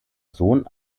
sohn